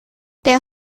der